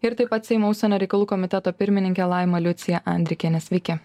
ir taip pat seimo užsienio reikalų komiteto pirmininkė laima liucija andrikienė sveiki